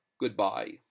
goodbye